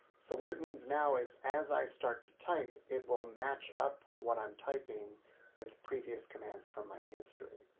so what it means now is, as i start to type it will match up what i'm typing with previous commands from my history.